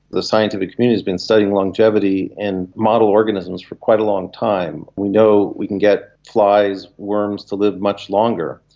the scientific community has been studying longevity and model organisms for quite a long time. we know we can get flies, worms to live much longer,